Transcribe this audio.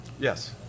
Yes